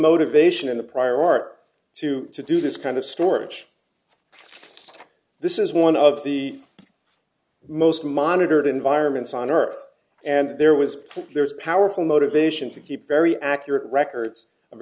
motivation in the prior art too to do this kind of storage this is one of the most monitored environments on earth and there was there's powerful motivation to keep very accurate records of